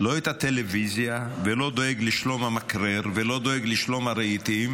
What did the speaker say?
לא את הטלוויזיה ולא דואג לשלום המקרר ולא דואג לשלום הרהיטים,